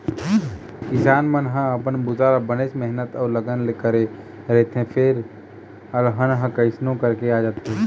किसान मन अपन बूता ल बनेच मेहनत अउ लगन ले करे रहिथे फेर अलहन ह कइसनो करके आ जाथे